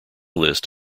list